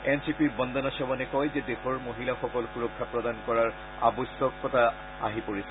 N চি পিৰ বন্দনা চৱনে কয় যে দেশৰ মহিলাসকলক সুৰক্ষা প্ৰদান কৰাৰ আৱশ্যকতা আছে